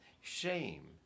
shame